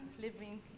living